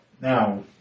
Now